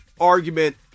argument